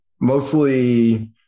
Mostly